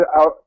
out